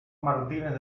martínez